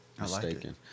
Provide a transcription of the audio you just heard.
mistaken